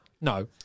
No